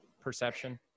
perception